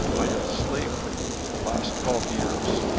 i have slaved for you for the last twelve years.